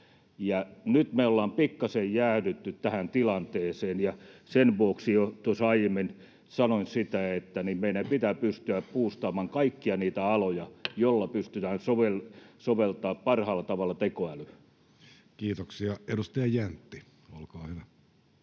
Nyt me ollaan pikkasen jäädytty tähän tilanteeseen. Sen vuoksi jo tuossa aiemmin sanoin, että meidän pitää pystyä buustaamaan kaikkia niitä aloja, joilla pystytään soveltamaan parhaalla tavalla tekoälyä. Kiitoksia. — Edustaja Jäntti, olkaa hyvä.